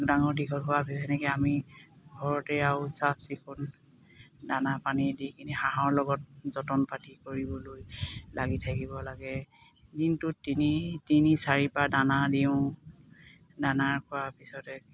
ডাঙৰ দীঘল আমি ঘৰতে আৰু চাফ চিকুণ দানা পানী দি কিনে হাঁহৰ লগত যতন পাতি কৰিবলৈ লাগি থাকিব লাগে দিনটো তিনি চাৰিবাৰ দানা দিওঁ দানা খোৱাৰ পিছতে